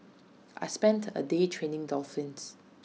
I spent A day training dolphins